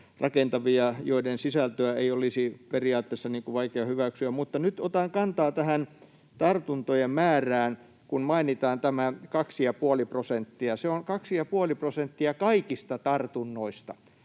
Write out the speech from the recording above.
rakentavia, että niiden sisältöä ei olisi periaatteessa vaikea hyväksyä, mutta nyt otan kantaa tähän tartuntojen määrään, kun mainitaan tämä 2,5 prosenttia. Se on 2,5 prosenttia kaikista tartunnoista.